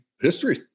history